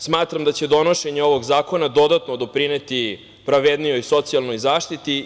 Smatram da će donošenje ovog zakona dodatno doprineti pravednijoj socijalnoj zaštiti.